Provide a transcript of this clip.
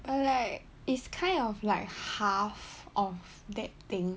but like it's kind of like half of that thing